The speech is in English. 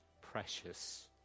precious